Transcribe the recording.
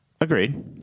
Agreed